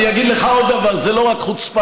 אני אגיד לך עוד דבר: זו לא רק חוצפה,